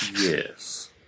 Yes